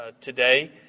today